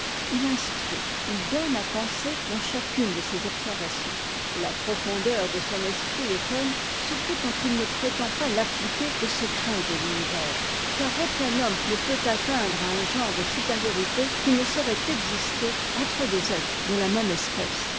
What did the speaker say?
il instruit it donne à penser dans chacune de ses observations et la profondeur de son esprit étonne surtout quand i ne prétend pas l'appliquer au secret de l'univers car aucun homme ne peut atteindre à un genre de supériorité qui ne saurait exister entre des êtres de la même espèce